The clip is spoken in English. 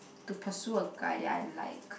to pursue a guy that I like